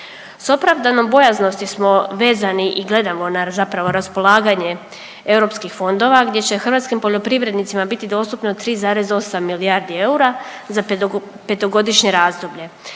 S opravdanom bojaznosti smo vezani i gledamo na zapravo raspolaganje europskih fondova gdje će hrvatskim poljoprivrednicima biti dostupno 3,8 milijardi eura za petogodišnje razdoblje.